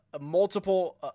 multiple